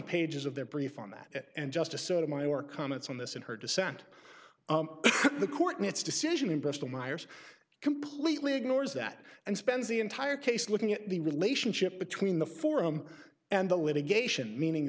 pages of their brief on that and just a sort of my or comments on this in her dissent the court and its decision in bristol myers completely ignores that and spends the entire case looking at the relationship between the forum and the litigation meaning